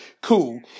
Cool